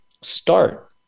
start